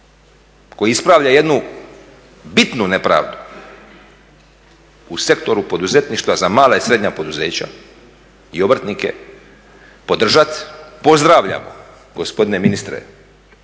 koji ispravlja jednu bitnu nepravdu, u sektoru poduzetništva za mala i srednja poduzeća i obrtnike podržati, pozdravljamo gospodine ministre